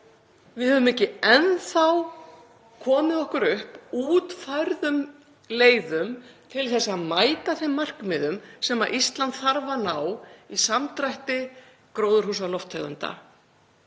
Við höfum ekki enn þá komið okkur upp útfærðum leiðum til að mæta þeim markmiðum sem Ísland þarf að ná í samdrætti gróðurhúsalofttegunda.